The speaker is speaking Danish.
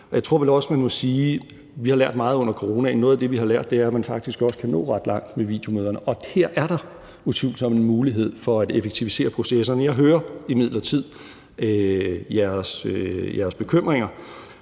Jeg tror vel også, man må sige, at vi har lært meget under coronaen. Noget af det, vi har lært, er, at man faktisk også kan nå ret langt med videomøderne, og her er der utvivlsomt en mulighed for at effektivisere processerne. Jeg hører imidlertid jeres bekymringer,